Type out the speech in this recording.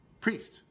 priest